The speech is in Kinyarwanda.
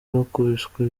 wakubiswe